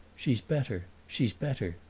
she's better she's better,